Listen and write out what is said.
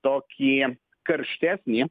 tokį karštesnį